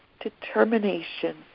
determination